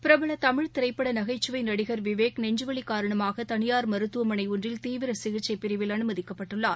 பிரபல தமிழ் திரைப்பட நகைச்சுவை நடிகள் விவேக் நெஞ்சுவலி காரணமாக தனியாள் மருத்துவமனை ஒன்றில் தீவிர சிகிச்சை பிரிவில் அனுமதிக்கப்பட்டுள்ளார்